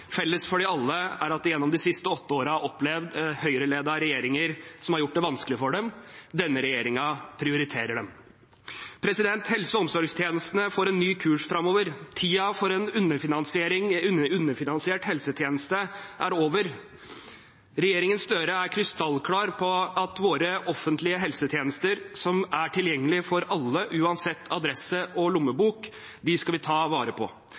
Felles for dem alle er at de gjennom de siste åtte årene har opplevd Høyre-ledede regjeringer som har gjort det vanskelig for dem. Denne regjeringen prioriterer dem. Helse- og omsorgstjenestene får en ny kurs framover. Tiden for en underfinansiert helsetjeneste er over. Regjeringen Støre er krystallklar på at våre offentlige helsetjenester, som er tilgjengelige for alle, uansett adresse og lommebok, skal vi ta vare på.